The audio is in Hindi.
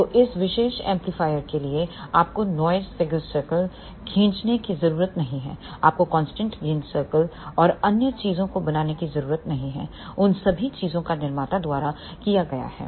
तो इस विशेष एम्पलीफायर के लिए आपको नॉइस फिगर सर्कल खींचने की ज़रूरत नहीं है आपको कांस्टेंट गेन सर्कल और अन्य चीज़ों को बनाने की ज़रूरत नहीं है उन सभी चीजों को निर्माता द्वारा किया गया है